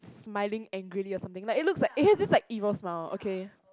smiling angrily or like something like it looks like it has this like evil smile okay